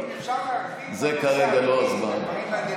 אבל זה כרגע לא הזמן.